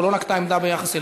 או לא נקטה עמדה ביחס אליה"